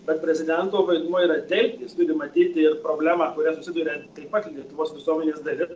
bet prezidento vaidmuo yra telkti jis turi matyti ir problemą su kuria susiduria taip pat lietuvos visuomenės dalis